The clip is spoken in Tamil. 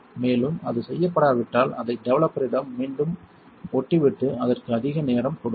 மேலும் அது செய்யப்படாவிட்டால் அதை டெவலப்பரிடம் மீண்டும் ஒட்டிவிட்டு அதற்கு அதிக நேரம் கொடுங்கள்